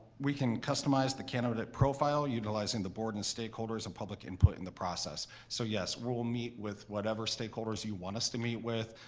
we can customize the candidate profile utilizing the board and stakeholders and public input in the process, so yes, we'll meet with whatever stakeholders you want us to meet with.